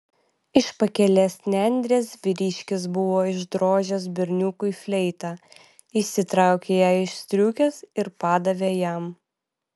iš pakelės nendrės vyriškis buvo išdrožęs berniukui fleitą išsitraukė ją iš striukės ir padavė jam